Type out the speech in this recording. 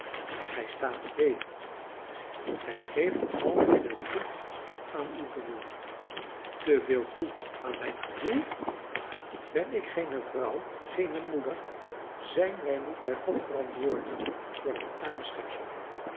gij staat te beven gij geeft al te veel toe aan uw gevoel te veel toe aan mijn gevoel ben ik geene vrouw geene moeder zijn wij niet bij god verantwoordelijk voor dat arme schepsel